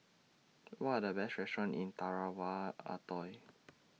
What Are The Best restaurants in Tarawa Atoll